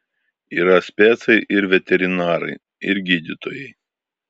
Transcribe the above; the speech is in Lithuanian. yra specai ir veterinarai ir gydytojai